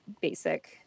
basic